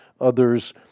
Others